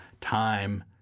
time